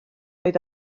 oedd